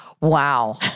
Wow